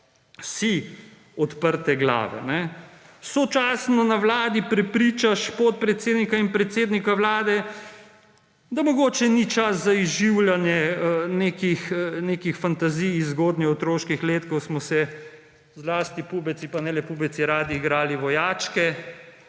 si odprte glave. Sočasno na vladi prepričaš podpredsednika in predsednika Vlade, da mogoče ni čas za izživljanje nekih fantazij iz zgodnje otroških let, ko smo se zlasti pubeci, pa ne le pubeci, radi igrali vojačke,